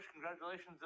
Congratulations